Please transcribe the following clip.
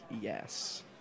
yes